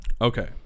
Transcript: Okay